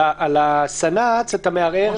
על הסנ"צ אתה מערער,